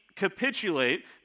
capitulate